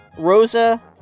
rosa